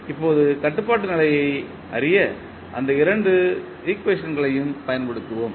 இப்போது கட்டுப்பாட்டு நிலையை அறிய இந்த இரண்டு ஈக்குவேஷன்களையும் பயன்படுத்துவோம்